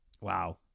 Wow